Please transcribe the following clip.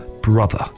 brother